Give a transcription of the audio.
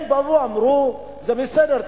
הם באו ואמרו: זה בסדר.